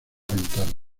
ventanas